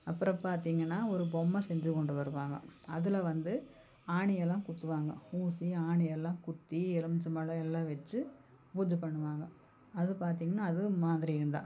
அப்புறோம் பார்த்தீங்கன்னா ஒரு பொம்மை செஞ்சு கொண்டு வருவாங்க அதில் வந்து ஆணி எல்லாம் குத்துவாங்க ஊசி ஆணி எல்லாம் குத்தி எலும்ச்சம்பழம் எல்லாம் வச்சு பூஜை பண்ணுவாங்க அது பார்த்தீங்கன்னா அது மாந்திரீகம் தான்